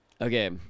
Okay